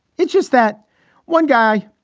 it's just that one guy,